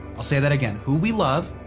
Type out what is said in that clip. i'll say that again, who we love,